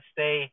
Stay